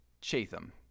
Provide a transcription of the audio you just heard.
Chatham